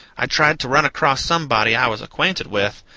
i tried to run across somebody i was acquainted with,